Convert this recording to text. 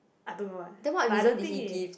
I don't know eh but I don't think he